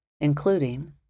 including